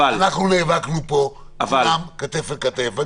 אנחנו נאבקנו פה כולם, כתף אל כתף.